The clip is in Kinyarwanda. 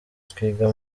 twiga